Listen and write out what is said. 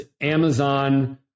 Amazon